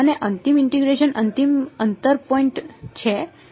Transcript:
અને અંતિમ ઇન્ટીગ્રેશન અંતિમ આંતર પોઈન્ટ છે